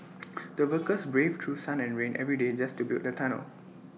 the workers braved through sun and rain every day just to build the tunnel